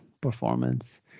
performance